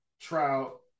Trout